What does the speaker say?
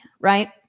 right